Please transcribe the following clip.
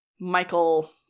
Michael